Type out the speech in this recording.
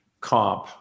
comp